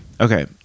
Okay